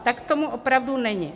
Tak tomu opravdu není.